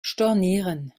stornieren